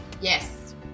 yes